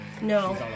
No